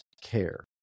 care